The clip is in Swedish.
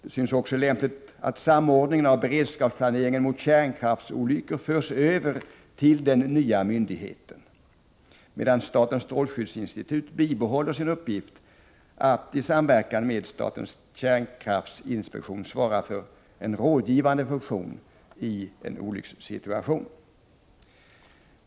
Det synes också lämpligt att samordningen av beredskapsplaneringen mot kärnkraftsolyckor förs över till den nya myndigheten, medan statens strålskyddsinstitut 53 bibehåller sin uppgift att i samverkan med statens kärnkraftsinspektion svara för en rådgivande funktion i en olyckssituation.